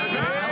כן.